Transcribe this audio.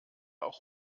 auch